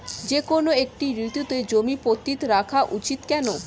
যেকোনো একটি ঋতুতে জমি পতিত রাখা উচিৎ কেন?